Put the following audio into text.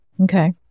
Okay